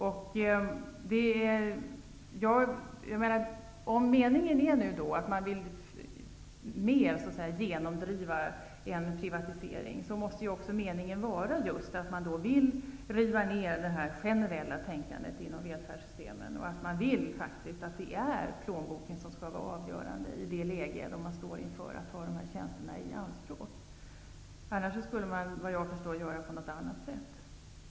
Om man nu vill genomdriva en privatisering, måste meningen också vara att riva ner det generella tänkandet inom välfärdssystemen och att plånboken skall vara avgörande då människor vill ta dessa tjänster i anspråk. Annars skulle man, vad jag förstår, göra på något annat sätt.